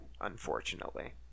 unfortunately